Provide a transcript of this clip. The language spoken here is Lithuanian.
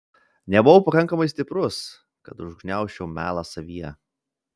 nebuvau pakankamai stiprus kad užgniaužčiau melą savyje